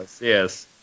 yes